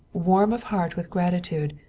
warm of heart with gratitude,